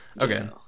okay